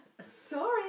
Sorry